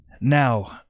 Now